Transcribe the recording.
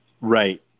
Right